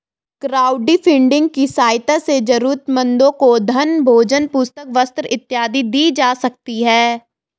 crowdfunding की सहायता से जरूरतमंदों को धन भोजन पुस्तक वस्त्र इत्यादि दी जा सकती है